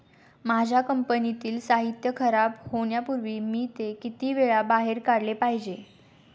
माझ्या कंपनीतील साहित्य खराब होण्यापूर्वी मी ते किती वेळा बाहेर काढले पाहिजे?